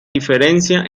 diferencia